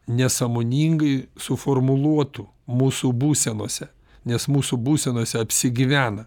nesąmoningai suformuluotų mūsų būsenose nes mūsų būsenose apsigyvena